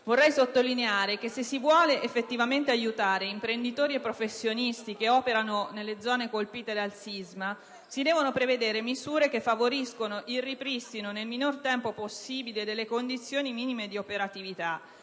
vorrei sottolineare che, se si vogliono effettivamente aiutare imprenditori e professionisti operanti nelle zone colpite dal sisma, si devono prevedere misure che favoriscano il ripristino, nel minor tempo possibile, delle condizioni minime di operatività.